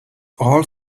all